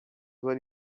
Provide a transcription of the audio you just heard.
were